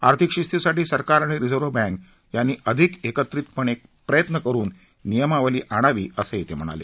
आर्थिक शिस्तीसाठी सरकार आणि रिझर्व्ह बँक यांनी अधिक एत्रितपणे प्रयत्न करुन नियमावली आणावी असं ते म्हणाले